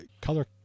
color